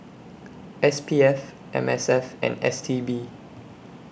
S P F M S F and S T B